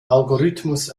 algorithmus